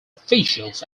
officials